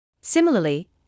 Similarly